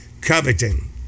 coveting